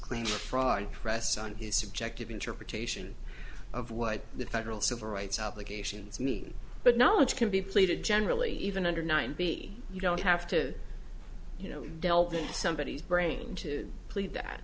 of fraud press on his subjective interpretation of what the federal civil rights obligations mean but knowledge can be pleaded generally even under nine b you don't have to you know delve into somebodies brain to plead that